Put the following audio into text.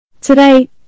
Today